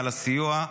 על הסיוע,